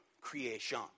creation